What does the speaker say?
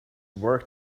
work